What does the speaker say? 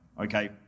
okay